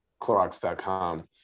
clorox.com